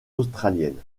australienne